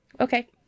Okay